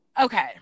Okay